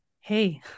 hey